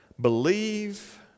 Believe